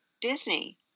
Disney